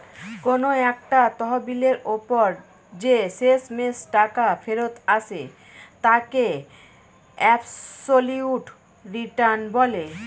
কোন একটা তহবিলের ওপর যে শেষমেষ টাকা ফেরত আসে তাকে অ্যাবসলিউট রিটার্ন বলে